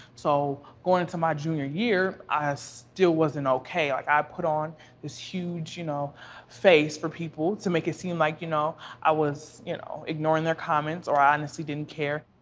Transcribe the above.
so going into my junior year i still wasn't okay. like i put on this huge you know face for people to make it seem like you know i was you know ignoring their comments or i honestly didn't care.